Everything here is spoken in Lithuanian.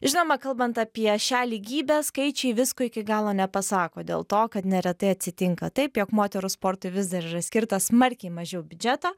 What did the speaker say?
žinoma kalbant apie šią lygybę skaičiai visko iki galo nepasako dėl to kad neretai atsitinka taip jog moterų sportui vis dar yra skirta smarkiai mažiau biudžeto